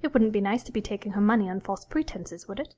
it wouldn't be nice to be taking her money on false pretences, would it